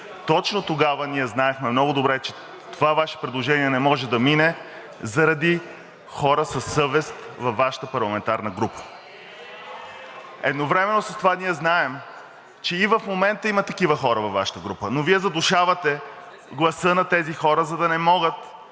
Точно тогава ние знаехме много добре, че това Ваше предложение не може да мине заради хора със съвест във Вашата парламентарна група. Едновременно с това ние знаем, че и в момента има такива хора във Вашата група, но Вие задушавате гласа на тези хора, за да не могат